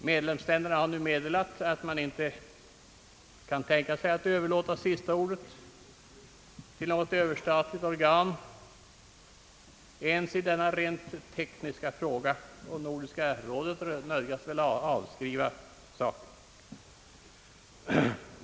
Medlemsländerna har nu meddelat att de inte kan tänka sig att överlåta sista ordet till något överstatligt organ ens i denna rent tekniska fråga, och Nordiska rådet nödgas väl avskriva saken.